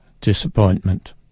disappointment